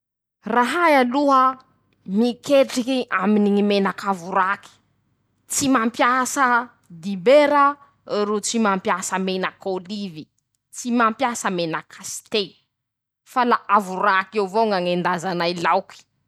Rahay aloha miketriky aminy ñy menaky avoràky. tsy mampiasa dibera. ro tsy mampiasa menak'ôlivy. tsy mampiasa menaky kasté. fa la avoràky io avao ñy añendazanay laoky.